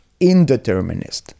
indeterminist